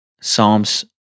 Psalms